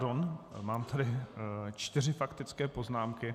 Pardon, mám tady čtyři faktické poznámky.